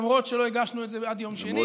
למרות שלא הגשנו את זה עד יום שני,